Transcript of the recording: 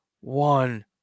one